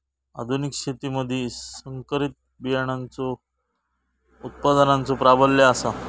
आधुनिक शेतीमधि संकरित बियाणांचो उत्पादनाचो प्राबल्य आसा